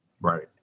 Right